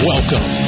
Welcome